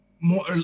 more